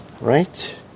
right